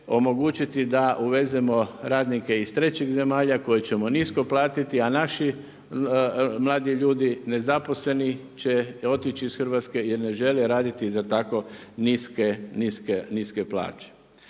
omogućiti da uvezemo radnike iz trećih zemalja koje ćemo nisko platiti, a naši mladi ljudi, nezaposleni će otići iz Hrvatske jer ne žele raditi za tako niske plaće.